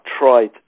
tried